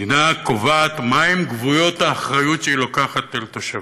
מדינה קובעת מהם גבולות האחריות שהיא לוקחת על תושביה.